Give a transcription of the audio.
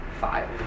Five